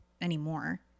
anymore